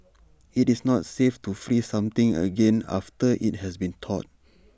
IT is not safe to freeze something again after IT has been thawed